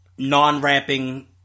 non-rapping